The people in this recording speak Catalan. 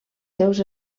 seus